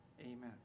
amen